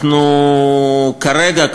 אנחנו כרגע,